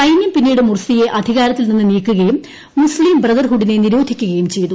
സൈന്യം പിന്നീട് മുർസിയെ അധികാരത്തിൽ നിന്ന് നീക്കുകയും മുസ്തീം ബ്രദർഹുഡിനെ നിരോധിക്കുകയും ചെയ്തു